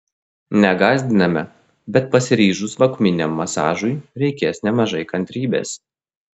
negąsdiname bet pasiryžus vakuuminiam masažui reikės nemažai kantrybės